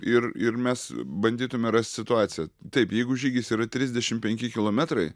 ir ir mes bandytume rast situaciją taip jeigu žygis yra trisdešim penki kilometrai